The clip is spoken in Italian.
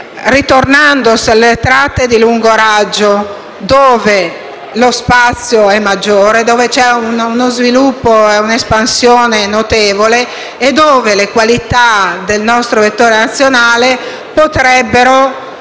ritornando sulle tratte di lungo raggio, dove lo spazio è maggiore, dove le possibilità di sviluppo e di espansione sono notevoli e dove le qualità del nostro vettore nazionale potrebbero fare